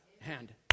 hand